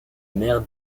mer